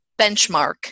benchmark